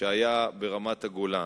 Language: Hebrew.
שהיה ברמת-הגולן.